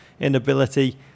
inability